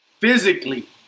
physically